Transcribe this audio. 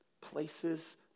places